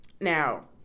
now